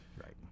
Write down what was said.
right